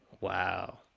wow